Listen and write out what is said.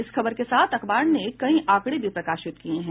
इस खबर के साथ अखबार ने कई आंकड़ें भी प्रकाशित किये हैं